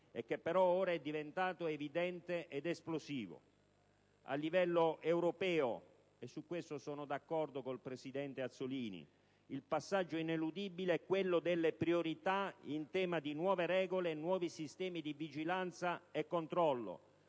e che però ora è diventato evidente ed esplosivo. A livello europeo - su questo sono d'accordo con il presidente Azzollini - il passaggio ineludibile è quello delle priorità in tema di nuove regole e nuovi sistemi di vigilanza e controllo